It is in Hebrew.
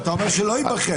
אתה אומר שלא ייבחר